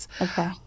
Okay